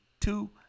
two